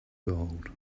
gold